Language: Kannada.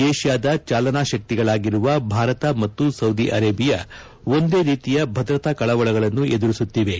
ಏಷ್ಕಾದ ಚಾಲನಾ ಶಕ್ತಿಗಳಾಗಿರುವ ಭಾರತ ಮತ್ತು ಸೌದಿ ಅರೇಬಿಯಾ ಒಂದೇ ರೀತಿಯ ಭದ್ರತಾ ಕಳವಳಗಳನ್ನು ಎದುರಿಸುತ್ತಿವೆ